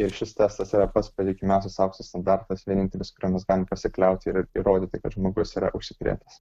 ir šis testas yra pats patikimiausias aukso standartas vienintelis kuriuo mes galim pasikliauti ir įrodyti kad žmogus yra užsikrėtęs